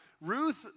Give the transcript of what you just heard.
Ruth